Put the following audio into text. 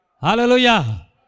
Hallelujah